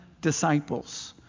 disciples